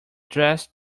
dressed